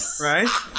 right